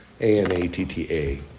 A-N-A-T-T-A